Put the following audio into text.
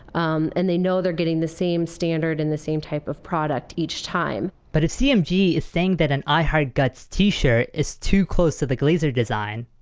um and they know they're getting the same standard and the same type of product each time but if cmg is saying that an i heart guts t-shirt is too close to the glaser design,